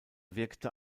wirkte